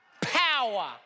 power